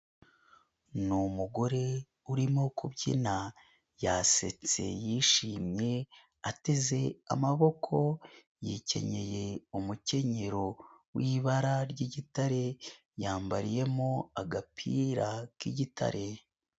Ni umugore urimo kubyina, yasetse, yishimye, ateze amaboko, yikenyeye umukenyero w'ibara ry'gitare, yambariyemo agapira k'igitare.